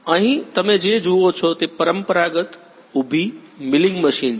અહીં તમે જે જુઓ છો તે પરંપરાગત ઊભી મિલિંગ મશીન છે